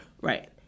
Right